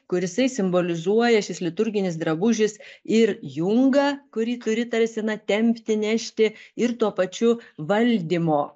kur jisai simbolizuoja šis liturginis drabužis ir jungą kurį turi tarsi na tempti nešti ir tuo pačiu valdymo